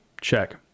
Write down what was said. Check